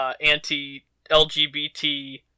anti-LGBT